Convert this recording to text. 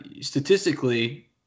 statistically